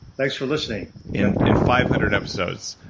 thanks for listening in in five hundred episodes,